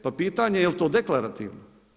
Pa pitanje jel to deklarativno?